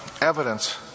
evidence